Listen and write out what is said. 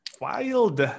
Wild